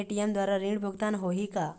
ATM द्वारा ऋण भुगतान होही का?